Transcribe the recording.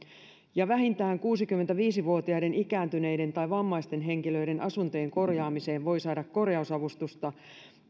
ja vähintään kuusikymmentäviisi vuotiaiden ikääntyneiden tai vammaisten henkilöiden asuntojen korjaamiseen voi saada korjausavustusta